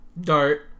Dart